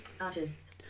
Artists